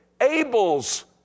Abel's